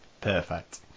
Perfect